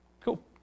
Cool